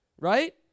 right